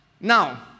Now